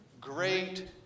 great